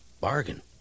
Bargain